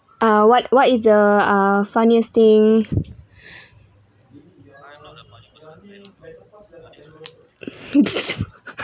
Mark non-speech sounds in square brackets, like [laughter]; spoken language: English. ah what what is the uh funniest thing [breath] [laughs]